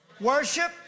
Worship